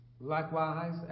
Likewise